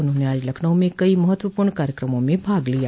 उन्होंने आज लखनऊ में कई महत्वपूर्ण कार्यक्रमों में भाग लिया